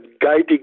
guiding